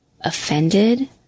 offended